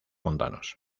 montanos